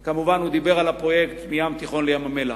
הוא כמובן דיבר על הפרויקט מהים התיכון לים-המלח,